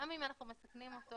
גם אם מסכנים אותו